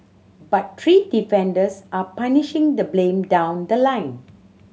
but three defendants are punishing the blame down the line